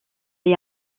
est